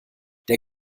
der